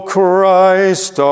Christ